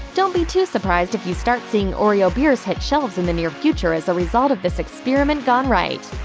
don't be too surprised if you start seeing oreo beers hit shelves in the near future as a result of this experiment-gone-right.